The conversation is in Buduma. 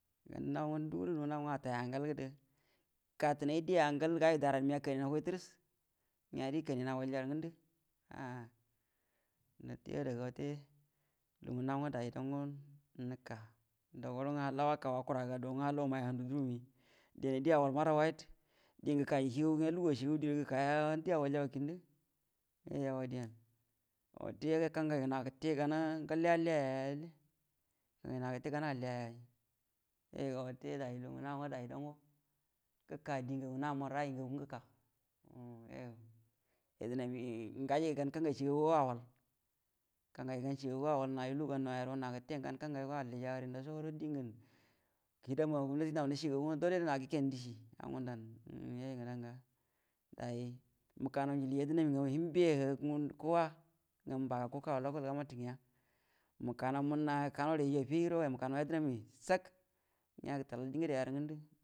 Ga lugu ngə naw ngwə atay angal gədə gatənay die angal gərə gaju dayran məa, kaymie hugui təris, ngəa die kanian awalja yarə ngəda ah lərte yuo ada ga wate, lugungwə naw gwə day dango nəka do gnwə waka rəgə gə dou nga halla yumay’a handu ndurgumi, dien an die awal marra wahit diengə gəkanjue cəagagu gəa lugu aciegagu die guəro gəkaya kində, iyuoyo yatt din, wate kangai gə gote gaiy gall alliya yallə, kangu ngwə nakəte gan alliya ay yuoyu dau wate lugu dingu namu rayi ngagu ngwə gəka um yuoyo, yedəmi gə gajay gan kangai cəagagu ngwə auwal, kangan ngə gan cəagagu go auwal, narə lugu ganraya guə gan cəagagu ngwə alliya gəre, diengu kidama gumnati nau nacie gaga ngwə dola ra gəkəyənə diecie a ngundau ga day mukanaw njilie yedənamu ngamu hə nje yaga, ngundu kugu‘a ngamu baya kukawa lokal gomman ngəa, məka mənna kanori ayyu affiyay guəro ya məkanaw yedəmi sak ngə metalau die ngəde yarə ngadu.